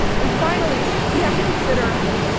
and finally, we have to consider